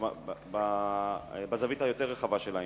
חבר הכנסת שאמה, שאלה נוספת, בבקשה.